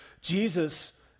Jesus